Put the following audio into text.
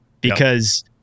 because-